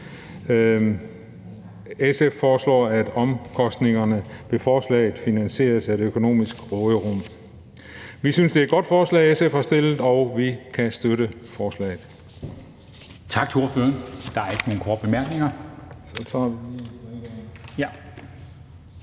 SF foreslår, at omkostningerne ved forslaget finansieres af det økonomiske råderum. Vi synes, det er et godt forslag, SF har fremsat, og vi kan støtte forslaget.